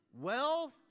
wealth